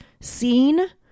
seen